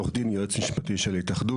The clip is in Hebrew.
עורך דין והיועץ המשפטי של ההתאחדות.